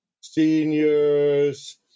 Seniors